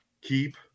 keep